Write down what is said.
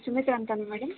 ಸುಮಿತ್ರಾ ಅಂತನಾ ಮೇಡಮ್